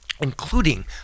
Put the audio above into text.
including